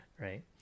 right